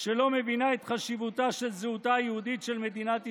שלא מבינה את חשיבותה של זהותה היהודית של מדינת ישראל,